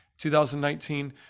2019